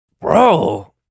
bro